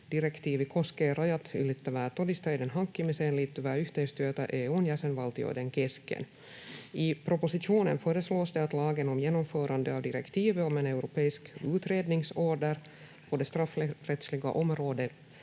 Direktiivi koskee rajat ylittävää todisteiden hankkimiseen liittyvää yhteistyötä EU:n jäsenvaltioiden kesken. I propositionen föreslås det att lagen om genomförande av direktivet om en europeisk utredningsorder på det straffrättsliga området